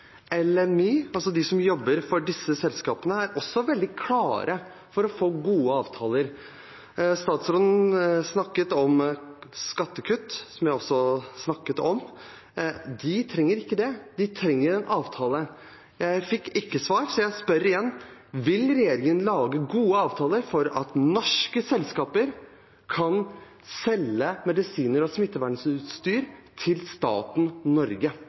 LMI, altså de som jobber for disse selskapene, er også veldig klare for å få gode avtaler. Statsråden snakket om skattekutt, som jeg også nevnte. De trenger ikke det. De trenger en avtale. Jeg fikk ikke svar, så jeg spør igjen: Vil regjeringen lage gode avtaler for at norske selskaper kan selge medisiner og smittevernutstyr til staten Norge?